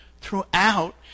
throughout